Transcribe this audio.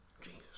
Jesus